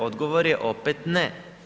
Odgovor je opet ne.